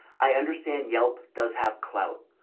i understand yelp does have clout,